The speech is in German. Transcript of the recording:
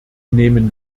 nehmen